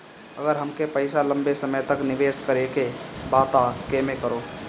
अगर हमके पईसा लंबे समय तक निवेश करेके बा त केमें करों?